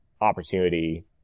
opportunity